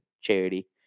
charity